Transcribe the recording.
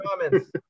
Comments